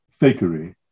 fakery